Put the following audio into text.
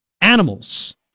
animals